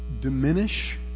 diminish